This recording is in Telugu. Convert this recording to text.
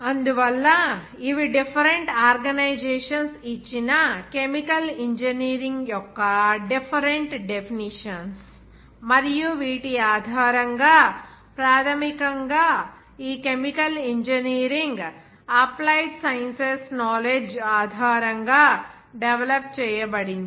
అందువల్ల ఇవి డిఫరెంట్ ఆర్గనైజేషన్స్ ఇచ్చిన కెమికల్ ఇంజనీరింగ్ యొక్క డిఫరెంట్ డెఫినిషన్స్ మరియు వీటి ఆధారంగా ప్రాథమికంగా ఈ chemical engineering applied sciences knowledge ఆధారంగా డెవలప్ చేయబడింది